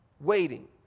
waiting